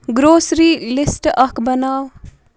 grocery list اکھ بناو